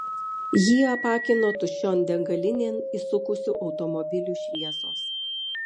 jį apakino tuščion degalinėn įsukusių automobilių šviesos